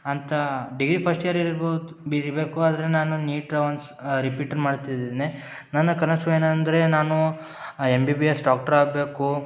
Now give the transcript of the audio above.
ಅಂತ degree first year ಇರ್ಬೋತ್ ಇರಬೇಕು ಆದರೆ ನಾನು ನೀಟ್ ಟ್ರಾನ್ಸ್ ರಿಪೀಟ್ ಮಾಡ್ತಿದೇನೆ ನನ್ನ ಕನಸು ಏನಂದರೆ ನಾನು M B B S doctor ಆಗಬೇಕು